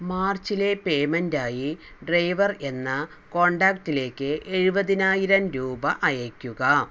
മാർച്ചിലെ പേയ്മെന്റായി ഡ്രൈവർ എന്ന കോണ്ടാക്ടിലേക്ക് എഴുപതിനായിരം രൂപ അയയ്ക്കുക